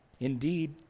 Indeed